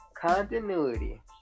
continuity